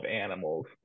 animals